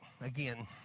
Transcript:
again